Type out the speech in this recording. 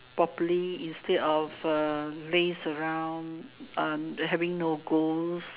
properly instead of laze around having no goals